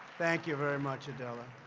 thank you very much, adela.